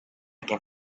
can